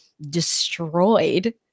destroyed